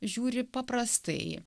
žiūri paprastai